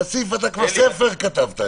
כסיף, כבר כתבת ספר.